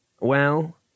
Well